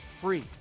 free